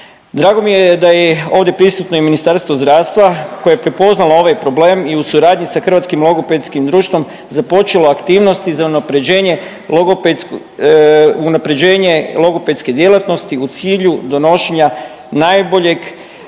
Drago mi je da je ovdje prisutno i Ministarstvo zdravstva koje je prepoznalo ovaj problem i u suradnji sa hrvatskim logopedskim društvom započela aktivnosti za unapređenje logopedske djelatnosti u cilju donošenja najboljeg